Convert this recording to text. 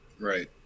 Right